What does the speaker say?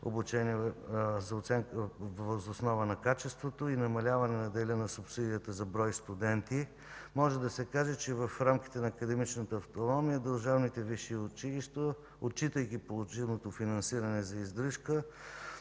обучение въз основа на качеството и намаляване дела на субсидията за брой студенти, може да се каже, че в рамките на академичната автономия държавните висши училища, отчитайки полученото финансиране за издръжка,